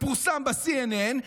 ופורסם ב-CNN,